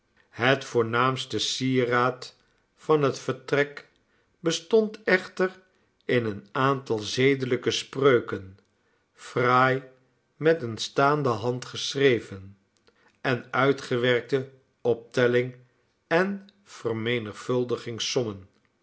het voornaamste sieraad van het vertrek bestond echter in een aantal zedelijke spreuken fraai met een staande hand geschreven en uitgewerkte optelling en